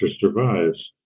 survives